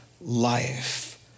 life